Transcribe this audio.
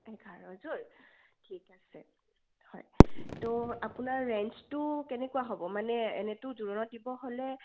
এঘাৰযোৰ ঠিক আছে হয় ত' আপোনাৰ ৰেঞ্জটো কেনেকুৱা হ'ব মানে এনেইতো জোৰণত দিব হ'লে